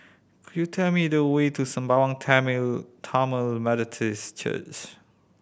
could you tell me the way to Sembawang Tamil Methodist Church